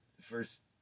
first